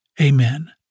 Amen